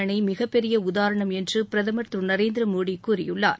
அணை மிகப்பெரிய உதாரணம் என்று பிரதமர் திரு நரேந்திர மோடி கூறியுள்ளார்